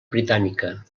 britànica